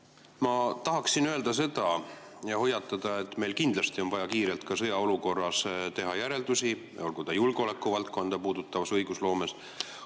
Ma tahaksin öelda seda ja hoiatada, et meil kindlasti on vaja ka sõjaolukorras teha kiirelt järeldusi, olgu julgeolekuvaldkonda puudutavas õigusloomes,